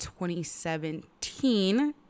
2017